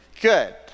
Good